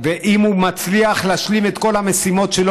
ואם הוא מצליח להשלים את כל המשימות שלו,